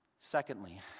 Secondly